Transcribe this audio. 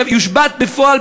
בית-הדין יושבת בפועל,